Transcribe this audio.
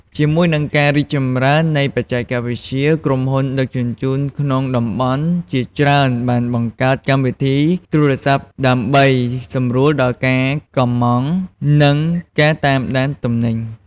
ជាមួយនឹងការរីកចម្រើននៃបច្ចេកវិទ្យា ក្រុមហ៊ុនដឹកជញ្ជូនក្នុងតំបន់ជាច្រើនបានបង្កើតកម្មវិធីទូរស័ព្ទដើម្បីសម្រួលដល់ការកម្ម៉ង់និងការតាមដានទំនិញ។